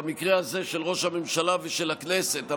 במקרה הזה של ראש הממשלה ושל הכנסת,